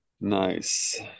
Nice